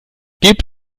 gebt